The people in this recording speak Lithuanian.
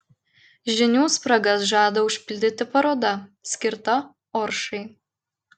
žinių spragas žada užpildyti paroda skirta oršai